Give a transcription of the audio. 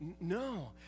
No